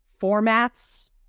formats